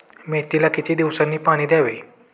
मेथीला किती दिवसांनी पाणी द्यावे?